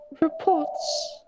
reports